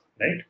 right